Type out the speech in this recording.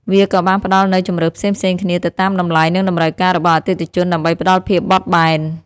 វាក៏បានផ្តល់នូវជម្រើសផ្សេងៗគ្នាទៅតាមតម្លៃនិងតម្រូវការរបស់អតិថិជនដើម្បីផ្តល់ភាពបត់បែន។